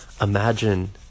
Imagine